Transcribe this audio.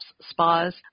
spas